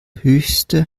höchste